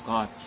God